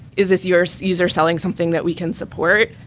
is this your user selling something that we can support?